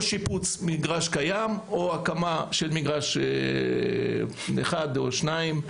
או שיפוץ מגרש קיים או הקמה של מגרש אחד או שניים,